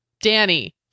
danny